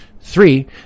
Three